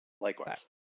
likewise